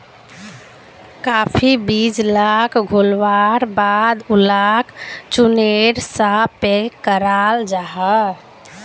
काफी बीज लाक घोल्वार बाद उलाक चुर्नेर सा पैक कराल जाहा